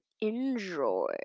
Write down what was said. enjoy